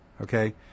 Okay